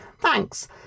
Thanks